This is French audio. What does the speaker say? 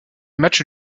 matchs